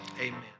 amen